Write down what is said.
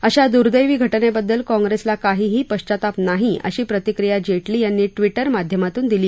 अशा दुर्दैवी घटनेबद्दल काँग्रेसला काहीही पश्चाताप नाही अशी प्रतिक्रिया जेटली यांनी ट्विटर माध्यमांतून दिली